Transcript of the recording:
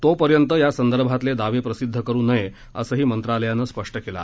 तोपर्यंत यासंदर्भातले दावे प्रसिद्ध करु नये असंही मंत्रालयानं स्पष्ट केलं आहे